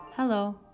Hello